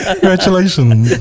Congratulations